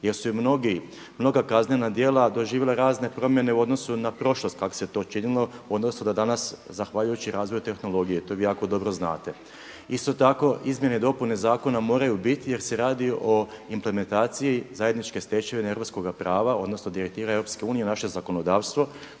jer su i mnoga kaznena djela doživjela razne promjene u odnosu na prošlost kako se to činilo u odnosu na danas zahvaljujući razvoju tehnologije, to vi jako dobro znate. Isto tako izmjene i dopune zakona moraju biti jer se radi o implementaciji zajedničke stečevine europskoga prava odnosno direktive EU u naše zakonodavstvo